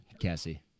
Cassie